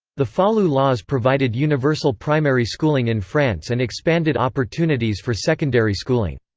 the falloux laws provided universal primary schooling in france and expanded opportunities for secondary schooling.